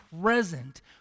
present